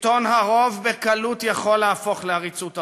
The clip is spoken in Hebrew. שלטון הרוב בקלות יכול להפוך לעריצות הרוב,